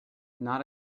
not